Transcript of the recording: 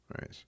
Right